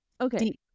Okay